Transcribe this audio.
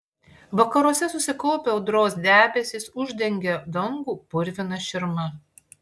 vakaruose susikaupę audros debesys uždengė dangų purvina širma